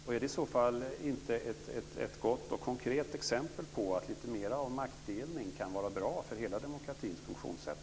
Är det i så fall inte ett gott och konkret exempel på att lite mer av maktdelning kan vara bra för hela demokratins funktionssätt?